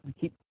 keep